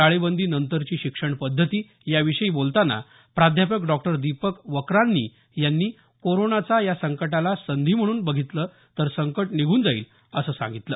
टाळेबंदी नंतरची शिक्षणपद्धती याविषयी बोलताना प्रा डॉ दीपक वक्रांनी यांनी कोरोनाचा या संकटाला संधी म्हणून बघितले तर संकट निघून जाईल असं सांगितलं